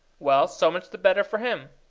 well, so much the better for him.